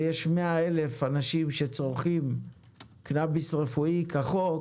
ויש 100 אלף אנשים שצורכים קנביס רפואי כחוק,